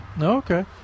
Okay